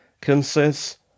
consists